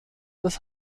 des